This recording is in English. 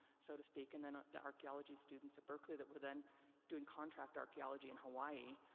so to speak. and then the archeology students at berkley that were then doing contract archeology in hawaii,